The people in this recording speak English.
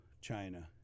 China